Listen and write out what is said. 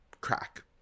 crack